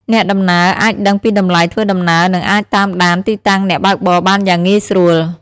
អ្នកដំណើរអាចដឹងពីតម្លៃធ្វើដំណើរនិងអាចតាមដានទីតាំងអ្នកបើកបរបានយ៉ាងងាយស្រួល។